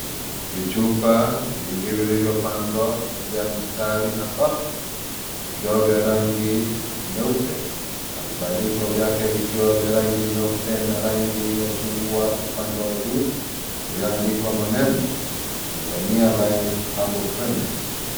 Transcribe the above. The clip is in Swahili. Vichupa vilivyopangwa kwa njia ya mstari na savu vikiwa vya rangi nyeupe na vibandiko vyake vikiwa vya rangi nyeupe na rangi ya chungwa upande wa juu iliyoandikwa maneno "Zephania life Herbal Clinic".